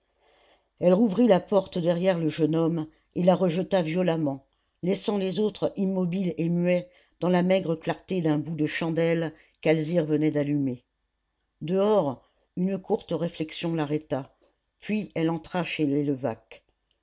elle rouvrit la porte derrière le jeune homme et la rejeta violemment laissant les autres immobiles et muets dans la maigre clarté d'un bout de chandelle qu'alzire venait d'allumer dehors une courte réflexion l'arrêta puis elle entra chez